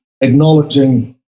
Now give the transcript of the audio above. acknowledging